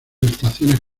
estaciones